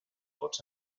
pots